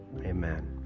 Amen